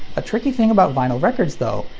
a tricky thing about vinyl records, though,